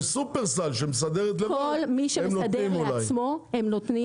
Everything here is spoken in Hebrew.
לשופרסל שמסדרת בעצמה אולי הם נותנים.